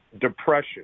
depression